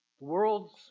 world's